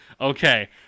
Okay